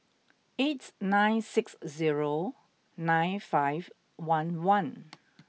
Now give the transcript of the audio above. eight nine six zero nine five one one